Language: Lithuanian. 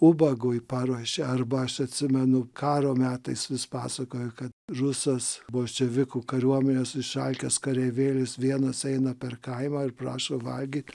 ubagui paruošė arba aš atsimenu karo metais vis pasakoja kad rusas bolševikų kariuomenės išalkęs kareivėlis vienas eina per kaimą ir prašo valgyt